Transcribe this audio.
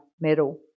medal